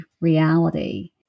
reality